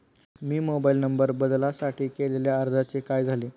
मी mobile number बदलासाठी केलेल्या अर्जाचे काय झाले?